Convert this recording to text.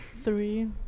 Three